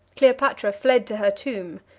cleopatra fled to her tomb.